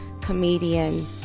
comedian